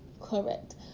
Correct